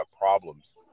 problems